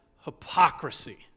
hypocrisy